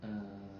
uh